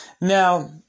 Now